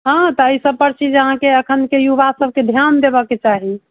हॅं तऽ ई सभ पर छी जे अहाँके अखन के युवा सभके ध्यान देबऽके चाही